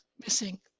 missing